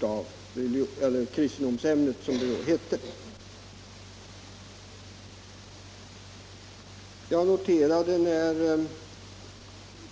Jag noterade att